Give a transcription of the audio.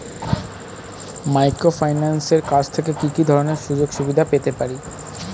মাইক্রোফিন্যান্সের কাছ থেকে কি কি ধরনের সুযোগসুবিধা পেতে পারি?